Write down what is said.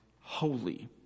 holy